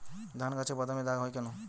ধানগাছে বাদামী দাগ হয় কেন?